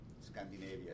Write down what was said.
Scandinavia